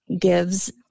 gives